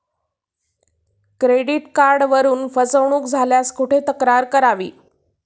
Credit कार्डवरून फसवणूक झाल्यास कुठे तक्रार करावी?